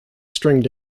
stringed